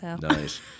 Nice